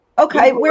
Okay